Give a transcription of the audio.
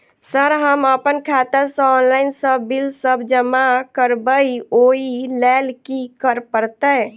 Sir हम अप्पन खाता सऽ ऑनलाइन सऽ बिल सब जमा करबैई ओई लैल की करऽ परतै?